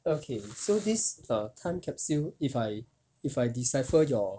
okay so this err time capsule if I if I decipher your